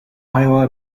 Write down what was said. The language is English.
iowa